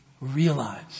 realize